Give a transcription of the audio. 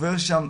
עובר שם.